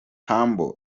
humble